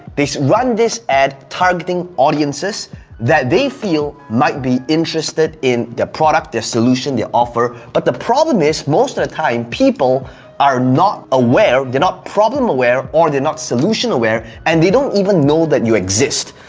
run this ad targeting audiences that they feel might be interested in the product, their solution, the offer. but the problem is, most of the time people are not aware, they're not problem aware or they're not solution aware, and they don't even know that you exist.